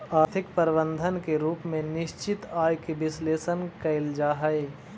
आर्थिक प्रबंधन के रूप में निश्चित आय के विश्लेषण कईल जा हई